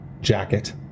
jacket